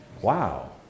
Wow